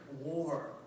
war